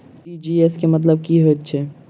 TGS केँ मतलब की हएत छै?